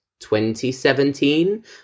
2017